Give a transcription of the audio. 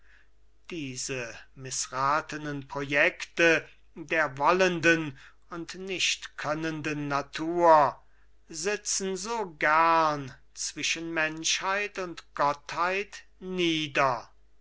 diese mißratenen projekte der wollenden und nicht könnenden natur sitzen so gern zwischen menschheit und gottheit nieder